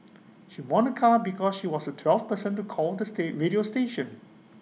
she won A car because she was twelfth person to call the state radio station